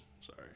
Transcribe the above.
sorry